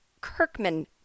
Kirkman